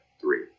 three